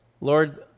Lord